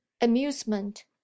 amusement